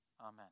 amen